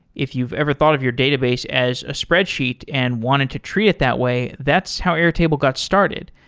if you've ever thought of your database as a spreadsheet and wanted to treat it that way, that's how airtable got started.